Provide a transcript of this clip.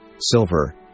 silver